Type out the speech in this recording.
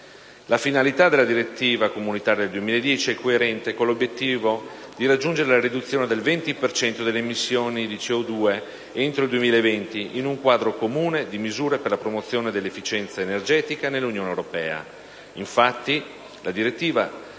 La finalità della direttiva comunitaria del 2010 è coerente con l'obiettivo di raggiungere la riduzione del 20 per cento delle emissioni di CO2 entro il 2020, in un quadro comune di misure per la promozione dell'efficienza energetica nell'Unione europea.